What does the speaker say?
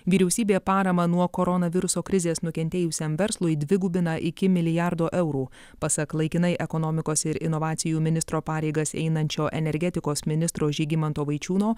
vyriausybė paramą nuo koronaviruso krizės nukentėjusiam verslui dvigubina iki milijardo eurų pasak laikinai ekonomikos ir inovacijų ministro pareigas einančio energetikos ministro žygimanto vaičiūno